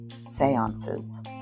seances